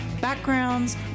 backgrounds